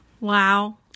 wow